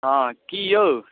हँ की यौ